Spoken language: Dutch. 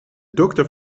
dokter